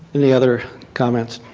any other comments?